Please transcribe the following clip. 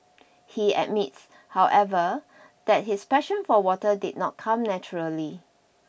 he admits however that his passion for water did not come naturally